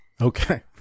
Okay